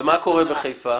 ומה קורה בחיפה?